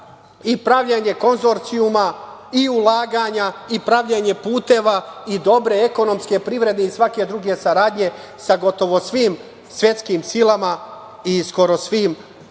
i pravljenje konzorcijuma i ulaganja i pravljenje puteva i dobre ekonomske privrede i svake druge saradnje sa gotovo svim svetskim silama i skoro svim zemljama